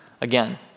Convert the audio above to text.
again